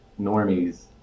normies